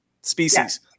species